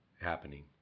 happening